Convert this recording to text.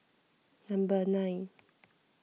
number nine